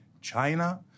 China